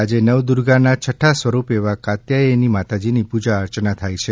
આજે નવદુર્ગાના છઠ્ઠા સ્વરૂપ એવા કાત્યાયની માતાજીની પૂજા અર્ચના થાય છે